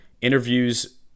interviews